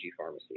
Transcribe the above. pharmacy